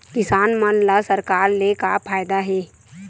किसान मन ला सरकार से का फ़ायदा हे?